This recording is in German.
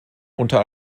unter